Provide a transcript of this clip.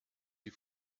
sie